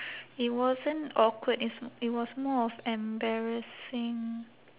it wasn't awkward it's it was more of embarrassing